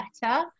better